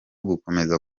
gukomeza